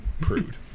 prude